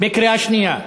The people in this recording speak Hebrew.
בקריאה שנייה.